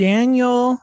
Daniel